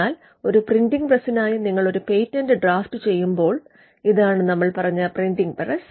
എന്നാൽ ഒരു പ്രിന്റിംഗ് പ്രസ്സിനായി നിങ്ങൾ ഒരു പേറ്റന്റ് ഡ്രാഫ്റ്റുചെയ്യുമ്പോൾ ഇതാണ് നമ്മൾ പറഞ്ഞ പ്രിന്റിംഗ് പ്രസ്